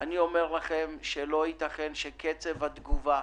כבר אומר, אגורה שחוקה אחת מהפעולות